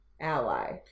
ally